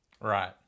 Right